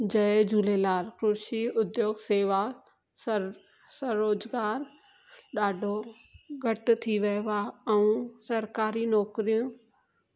जय झूलेलाल कृषि उद्योग सेवा सर सरोजगार ॾाढो घटि थी वयो आहे ऐं सरकारी नौकरियूं